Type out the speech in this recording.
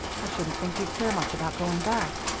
i shouldn't think you'd care much about going back.